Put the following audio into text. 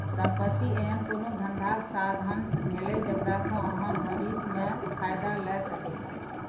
संपत्ति एहन कोनो धंधाक साधंश भेलै जकरा सँ अहाँ भबिस मे फायदा लए सकै छी